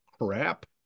crap